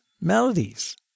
melodies